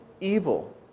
evil